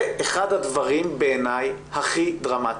בעיניי זה אחד הדברים הכי דרמטיים.